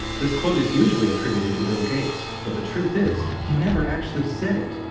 this quote is usually attributed to bill gates, but the truth is, he never actually said it.